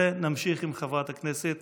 ונמשיך עם חברת הכנסת